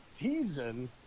season